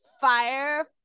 Fire